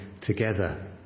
together